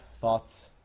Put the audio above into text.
thoughts